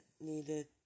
needed